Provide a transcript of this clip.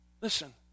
listen